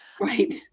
Right